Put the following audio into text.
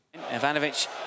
Ivanovic